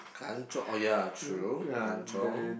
kanchiong oh ya true kanchiong